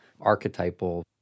archetypal